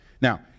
Now